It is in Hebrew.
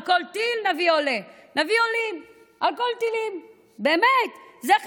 על כל טיל נביא עולה, נביא עולים על כל הטילים.